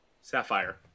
Sapphire